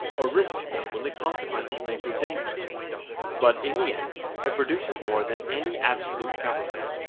or risks them when the consequences may prove dangerous but in the end it produces more than any absolute government,